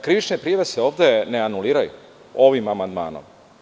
Krivične prijave se ove ne anuliraju ovim amandmanom.